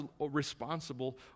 responsible